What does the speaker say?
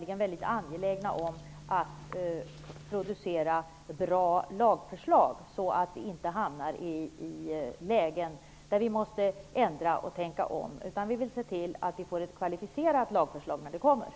Vi är mycket angelägna om att producera bra lagförslag, så att vi inte hamnar i lägen där vi måste tänka om och ändra. Vi vill att de lagförslag som läggs fram skall ha hög kvalitet.